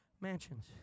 mansions